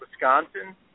Wisconsin